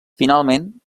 finalment